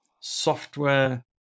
software